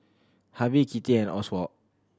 Harvie Kitty and Oswald